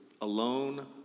alone